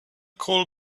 call